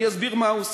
אני אסביר מה הוא עושה.